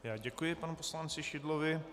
Já děkuji panu poslanci Šidlovi.